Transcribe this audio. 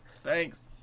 Thanks